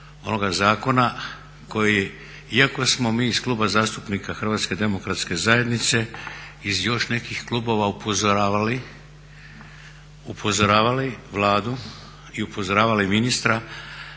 onoga zakona koji iako smo mi iz Kluba zastupnika HDZ-a i iz još nekih klubova upozoravali Vladu i upozoravali ministra